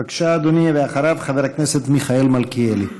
בבקשה, אדוני, ואחריו, חבר הכנסת מיכאל מלכיאלי.